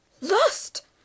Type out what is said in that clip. lost